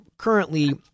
Currently